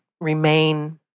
remain